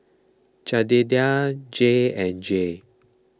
Jedediah Jay and Jay